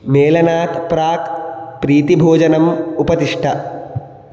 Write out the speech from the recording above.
मेलनात् प्राक् प्रीतिभोजनम् उपदिष्ट